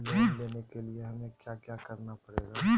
Loan लेने के लिए हमें क्या क्या करना पड़ेगा?